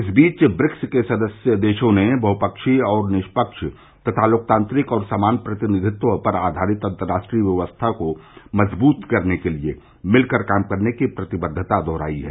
इस बीच ब्रिक्स के सदस्य देशों ने बहुपद्वीय और निष्पक्ष तथा लोकतांत्रिक और समान प्रतिनिवित्व पर आघारित अंतराष्ट्रीय व्यवस्था को मजबूत करने के लिए मिलकर काम करने की प्रतिबद्वता दोहराई है